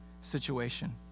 situation